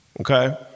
Okay